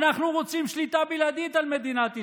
אנחנו רוצים שליטה בלעדית על מדינת ישראל.